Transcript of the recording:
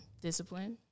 discipline